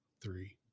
three